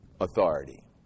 authority